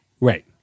Right